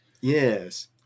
Yes